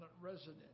resident